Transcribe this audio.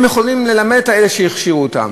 הן יכולות ללמד את אלה שהכשירו אותן.